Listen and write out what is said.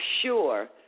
sure